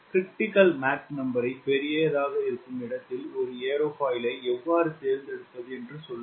Mcritical பெரியதாக இருக்கும் இடத்தில் ஒரு ஏரோஃபாயிலை எவ்வாறு தேர்ந்தெடுப்பது என்று சொல்லுங்கள்